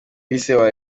gashobora